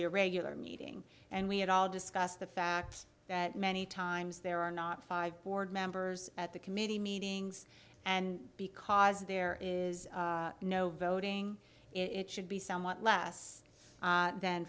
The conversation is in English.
your regular meeting and we at all discuss the fact that many times there are not five board members at the committee meetings and because there is no voting it should be somewhat less than